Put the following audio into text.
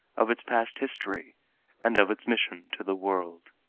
of its past history and of its mission to the world.